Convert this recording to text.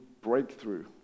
breakthrough